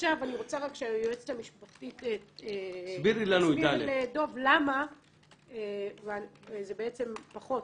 עכשיו אני רוצה רק שהיועצת המשפטית תסביר למה זה פחות,